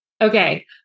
okay